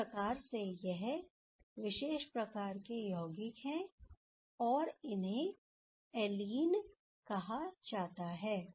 इस प्रकार से यह विशेष प्रकार के योगिक हैं और इन्हें एलीन कहा जाता है